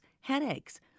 headaches